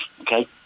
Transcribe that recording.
Okay